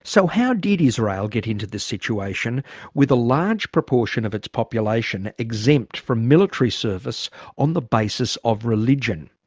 so how did israel get into this situation with a large proportion of its population exempt from military service on the basis of religion?